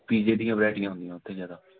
ਪੀਜ਼ੇ ਦੀਆਂ ਵਰੈਟੀਆਂ ਹੁੰਦੀਆਂ ਉੱਥੇ ਜ਼ਿਆਦਾ